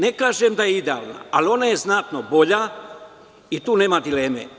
Ne kažem da je idealno, ali je znatno bolje i tu nema dileme.